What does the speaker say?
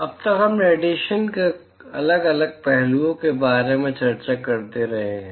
अब तक हम रेडिएशन के अलग अलग पहलुओं के बारे में चर्चा करते रहे हैं